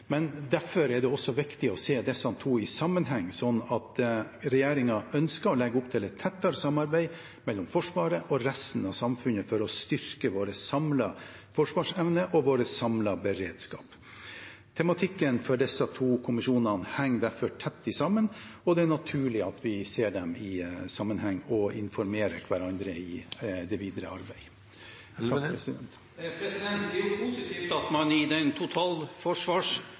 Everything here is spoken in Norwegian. Derfor er det også viktig å se disse to i sammenheng, så regjeringen ønsker å legge opp til et tettere samarbeid mellom Forsvaret og resten av samfunnet for å styrke vår samlede forsvarsevne og vår samlede beredskap. Tematikken for disse to kommisjonene henger tett sammen, og det er naturlig at vi ser dem i sammenheng og informerer hverandre i det videre arbeidet. Det er jo positivt at man i den